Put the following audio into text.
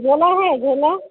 झोला है झोला